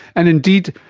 and indeed,